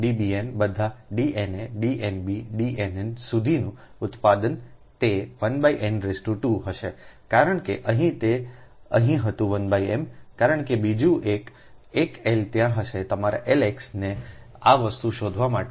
Dbn બધા D na D nb D nn સુધીનું ઉત્પાદન તે 1 n 2 હશે કારણ કે અહીં તે અહીં હતું 1 m કારણ કે બીજું એકએક L ત્યાં હશે તમારા Lx ને આ વસ્તુ શોધવા માટે L x ના આ અભિવ્યક્તિને શોધવા માટે